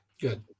good